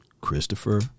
Christopher